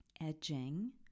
edging